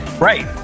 Right